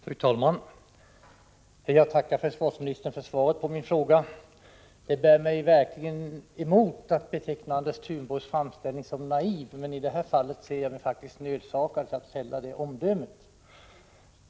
Fru talman! Jag tackar försvarsministern för svaret på min fråga. Det bär mig verkligen emot att beteckna Anders Thunborgs framställning som naiv, men i det här fallet ser jag mig faktiskt nödsakad att fälla det omdömet.